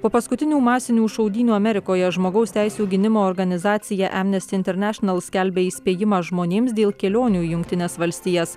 po paskutinių masinių šaudynių amerikoje žmogaus teisių gynimo organizacija amnesty international skelbia įspėjimą žmonėms dėl kelionių į jungtines valstijas